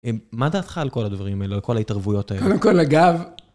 מה דעתך על כל הדברים האלה, על כל ההתערבויות האלה? קודם כול, אגב...